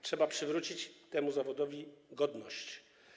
Trzeba przywrócić temu zawodowi godność.